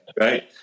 Right